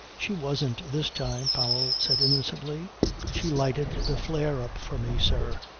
she wasn't this time, powell said innocently she lighted the flare-up for me, sir.